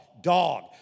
dog